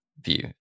view